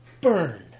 Burn